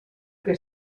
que